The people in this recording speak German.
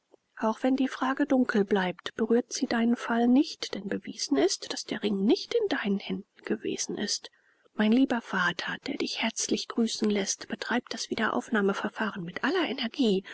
auch wenn die frage dunkel bleibt berührt sie deinen fall nicht denn bewiesen ist daß der ring nicht in deinen händen gewesen ist dein lieber vater der dich herzlich grüßen läßt betreibt das wiederaufnahmeverfahren mit aller energie